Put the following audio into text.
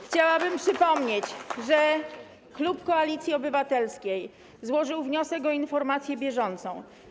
Chciałabym przypomnieć, że klub Koalicji Obywatelskiej złożył wniosek o informację bieżącą.